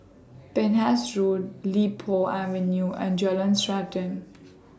Penhas Road Li Po Avenue and Jalan Srantan